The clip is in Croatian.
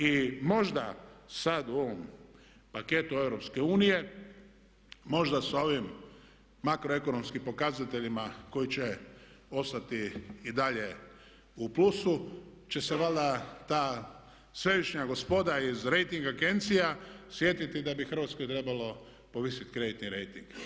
I možda sad u ovom paketu EU, možda sa ovim makroekonomskim pokazateljima koji će ostati i dalje u plusu će se valjda ta svevišnja gospoda iz rejting agencija sjetiti da bi Hrvatskoj trebalo povisiti kreditni rejting.